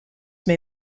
may